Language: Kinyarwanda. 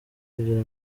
kugira